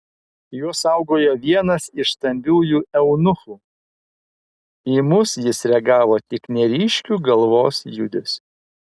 juos saugojo vienas iš stambiųjų eunuchų į mus jis reagavo tik neryškiu galvos judesiu